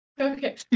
Okay